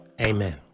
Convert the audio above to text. Amen